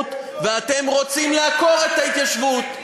ההתיישבות ואתם רוצים לעקור את ההתיישבות.